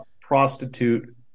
prostitute